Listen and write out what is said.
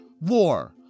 War